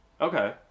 Okay